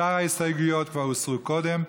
שאר ההסתייגויות כבר הוסרו קודם,